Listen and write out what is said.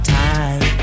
time